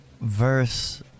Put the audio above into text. verse